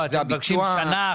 אתם מבקשים שנה?